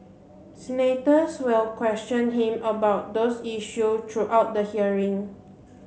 senators will question him about those issue throughout the hearing